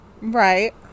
Right